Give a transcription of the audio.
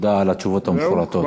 תודה על התשובות המפורטות.